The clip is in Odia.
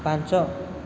ପାଞ୍ଚ